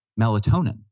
melatonin